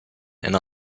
and